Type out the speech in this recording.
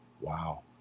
wow